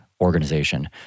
organization